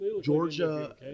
Georgia